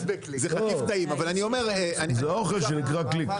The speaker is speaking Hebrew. זה אוכל שנקרא קליק.